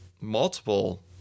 multiple